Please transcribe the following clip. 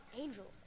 angels